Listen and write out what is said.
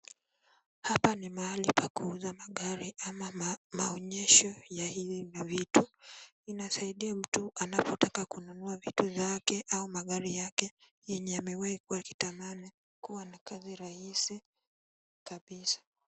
Hapa ni mahali pa kuuza magari ama maonyesho ya hizi mavitu. Inasaidia mtu anapotaka kununua vitu zake au magari yake yenye amewahi kuwa akitamani kuwa na kazi rahisi kabisa.